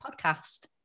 podcast